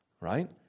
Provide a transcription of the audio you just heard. right